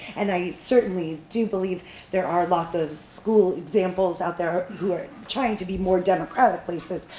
and i certainly do believe there are lots of school examples out there, who are trying to be more democratic places.